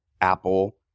Apple